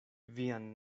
vian